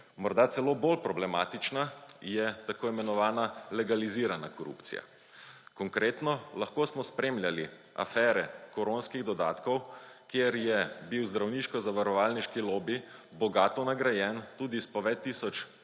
Morda celo bolj problematična je tako imenovana legalizirana korupcija. Konkretno, lahko smo spremljali afere koronskih dodatkov, kjer je bil zdravniško-zavarovalniški lobi bogato nagrajen tudi s po več tisoč,